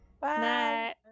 Bye